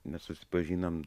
mes susipažinom